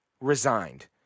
resigned